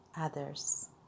others